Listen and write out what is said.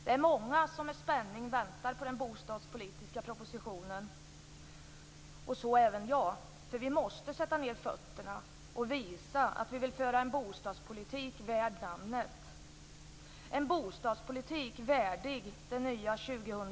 Det är många som med spänning väntar på den bostadspolitiska propositionen, och så även jag. Vi måste sätta ned fötterna och visa att vi vill föra en bostadspolitik värd namnet, en bostadspolitik värdig det nya 2000-talet.